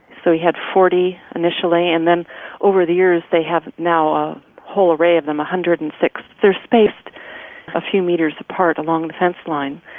so had forty initially, and then over the years, they have now a whole array of them one hundred and six. they're spaced a few meters apart along the fence line,